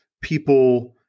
people